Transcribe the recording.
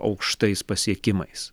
aukštais pasiekimais